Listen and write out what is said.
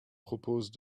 propose